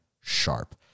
sharp